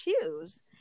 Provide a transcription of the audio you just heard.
choose